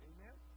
Amen